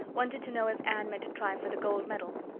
wanted to know if anne meant to try for the gold medal.